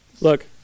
Look